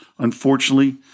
Unfortunately